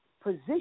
position